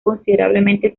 considerablemente